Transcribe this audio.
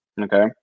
Okay